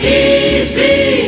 easy